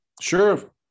Sure